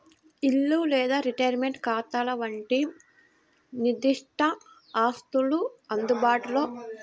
ఇల్లు లేదా రిటైర్మెంట్ ఖాతాల వంటి నిర్దిష్ట ఆస్తులు అందుబాటులో లేకుంటే లిక్విడిటీ అవసరమవుతుంది